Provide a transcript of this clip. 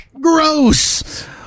Gross